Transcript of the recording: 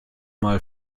mal